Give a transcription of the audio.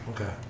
Okay